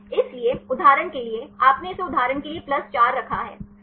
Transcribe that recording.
इसलिए उदाहरण के लिए आपने इसे उदाहरण के लिए 4 रखा है सही